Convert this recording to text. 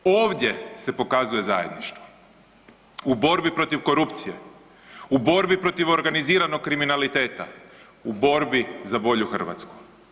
Ovdje se pokazuje zajedništvo u borbi protiv korupcije, u borbi protiv organiziranog kriminaliteta, u borbi za bolju Hrvatsku.